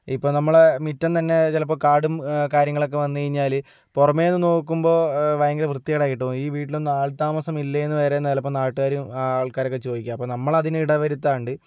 ഇപ്പോൾ നമ്മള് മിറ്റം തന്നെ ചിലപ്പോൾ കാടും കാര്യങ്ങളൊക്കെ വന്നു കഴിഞ്ഞാല് പുറമേ നിന്നു നോക്കുമ്പോൾ ഭയങ്കര വൃത്തികേടായിട്ട് തോന്നും ഈ വീട്ടൽ ഒന്നും ആൾതാമസം ഇല്ലേ എന്ന് വരെ ചിലപ്പോൾ നാട്ടുകാരും ആൾക്കാരും ഒക്കെ ചോദിക്കും നമ്മൾ അതിന് ഇടവരുത്താണ്ട്